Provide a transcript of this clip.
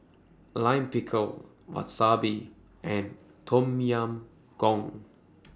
Lime Pickle Wasabi and Tom Yam Goong